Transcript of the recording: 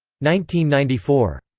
ninety ninety four